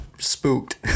Spooked